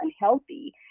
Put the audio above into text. unhealthy